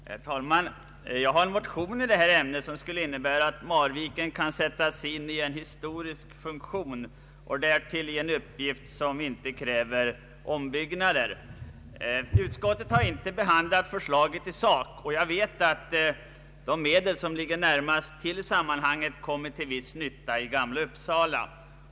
Herr talman! Jag har väckt en motion i detta ärende som innebär att Marviken skulle kunna sättas in i en historisk funktion och därtill få en uppgift som inte kräver omfattande tillbyggnader. Utskottet har inte behandlat förslaget i sak. Jag vet att de medel som ligger närmast till hands i sammanhanget kommer till viss nytta i Gamla Uppsala.